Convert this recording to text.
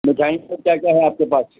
مٹھائی میں کیا کیا ہیں آپ کے پاس